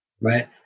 right